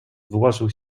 wyłażę